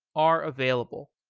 are available.